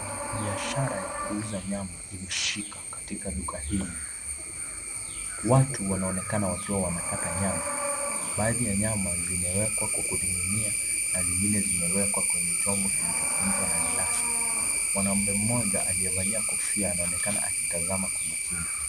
Biashara ya kuuza nyama imeshika katika duka hili, watu wanaonekana wanakata nyama, baadhi ya nyama zimeekwa kwa kuning'inia na zingine zimeekwa kwenye chombo kilichofunikwa na glasi, mwanaume mmoja aliyevalia kofia anaonekana akitazama kwa umakini.